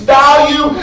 value